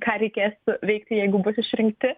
ką reikės veikti jeigu bus išrinkti